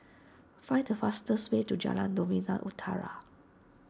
find the fastest way to Jalan Novena Utara